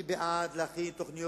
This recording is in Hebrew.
אני בעד להכין תוכנית